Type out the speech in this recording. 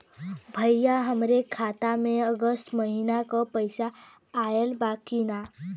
भईया हमरे खाता में अगस्त महीना क पैसा आईल बा की ना?